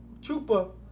chupa